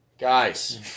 guys